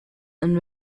and